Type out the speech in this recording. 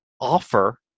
offer